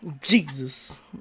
Jesus